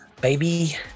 baby